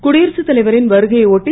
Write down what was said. குடியரசுத் தலைவரின் வருகையை ஒட்டி